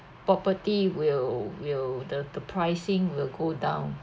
property will will the the pricing will go down